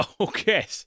Okay